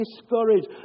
discouraged